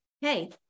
hey